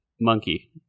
Monkey